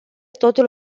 totul